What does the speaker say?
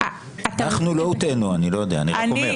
אנחנו לא הוטעינו, אני רק אומר.